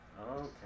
Okay